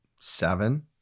seven